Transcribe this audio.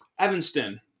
Evanston